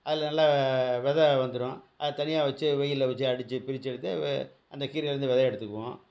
அதில் நல்லா வெதை வந்துடும் அதை தனியாக வச்சு வெயிலில் வச்சு அடித்து பிரித்து எடுத்து அந்த கீரைலேருந்து வெதை எடுத்துக்குவோம்